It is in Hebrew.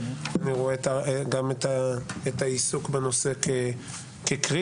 ואני רואה גם את העיסוק בנושא כקריטי.